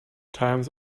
times